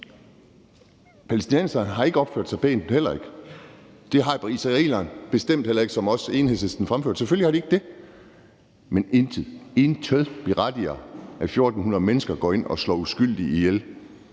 Palæstinenserne har heller ikke opført sig pænt. Det har israelerne bestemt heller ikke, hvilket Enhedslisten også fremførte. Selvfølgelig har de ikke det. Men intet – intet – berettiger, at 1.400 mennesker går ind og slår uskyldige ihjel,